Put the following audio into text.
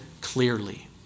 clearly